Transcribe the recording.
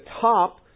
top